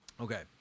Okay